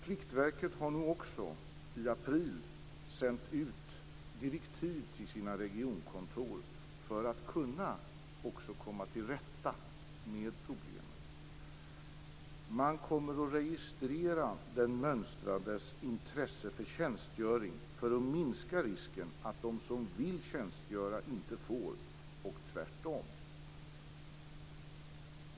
Pliktverket har nu i april sänt ut direktiv till sina regionkontor för att kunna komma till rätta med problemen. Man kommer att registrera den mönstrades intresse för tjänstgöring, för att minska risken att de som vill tjänstgöra inte får göra det och tvärtom.